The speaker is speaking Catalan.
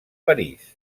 parís